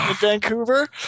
Vancouver